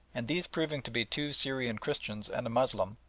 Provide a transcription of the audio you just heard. and these proving to be two syrian christians and a moslem,